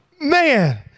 man